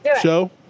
show